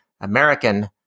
American